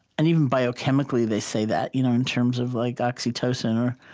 and even biochemically they say that, you know in terms of like oxytocin or